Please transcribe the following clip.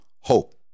hope